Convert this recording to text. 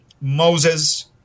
Moses